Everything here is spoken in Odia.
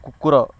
କୁକୁର